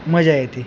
मजा येते